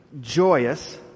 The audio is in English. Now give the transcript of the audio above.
joyous